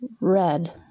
Red